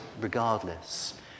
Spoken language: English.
regardless